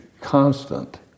constant